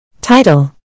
Title